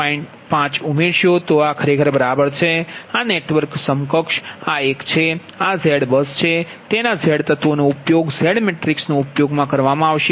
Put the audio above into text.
5ઉમેરશો તો આ ખરેખર બરાબર છે આ નેટવર્ક સમકક્ષ આ એક છે અને આ ZBUS છે તેના ઝેડ તત્વોનો ઉપયોગ ઝેડ મેટ્રિક્સનો ઉપયોગ કરવામાં આવશે